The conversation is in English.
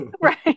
Right